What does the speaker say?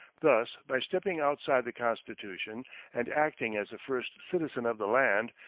thus, by stepping outside the constitution and acting as the first citizen of the land,